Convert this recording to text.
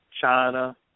China